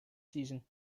season